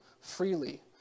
freely